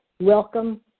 Welcome